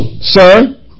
sir